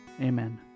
Amen